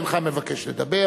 אינך מבקש לדבר.